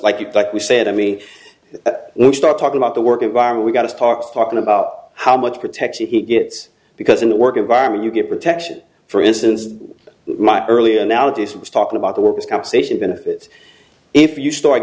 you like we said i mean start talking about the work environment we got to talking about how much protection he gets because in a work environment you get protection for instance my early analogies of talking about the workers compensation benefits if you start